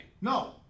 No